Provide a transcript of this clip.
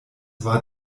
war